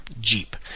Jeep